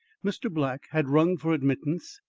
mr. black had rung for admittance,